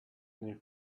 new